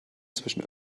zwischen